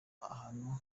ahantu